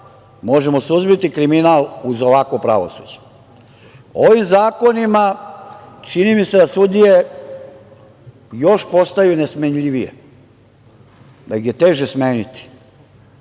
možemo suzbiti kriminal uz ovakvo pravosuđe. Ovim zakonima čini mi se da sudije još postaju nesmenljivije, da ih je teže smeniti.